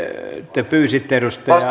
te pyysitte edustaja